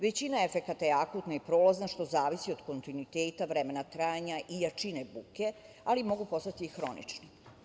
Većina efekata je akutna i prolazna, što zavisi od kontinuiteta vremena trajanja i jačine buke, ali mogu postati i hronični.